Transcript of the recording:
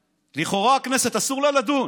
לכאורה, הכנסת, אסור לה לדון.